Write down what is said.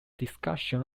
discussion